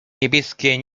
niebieskie